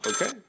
Okay